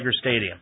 Stadium